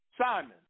Simon